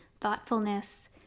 thoughtfulness